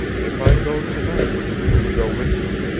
if i go to-night will you go with me?